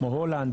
כמו הולנד,